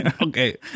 Okay